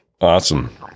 Awesome